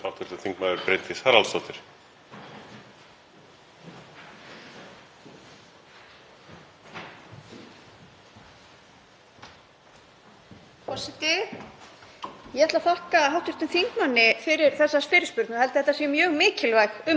Forseti. Ég ætla að þakka hv. þingmanni fyrir þessa fyrirspurn og held að þetta sé mjög mikilvæg umræða. Það var gott að heyra það sem hæstv. ráðherra fór hér yfir, fyrirætlanir. Ég vil bara brýna hann til að sjá til þess að þetta gangi eftir